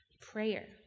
prayer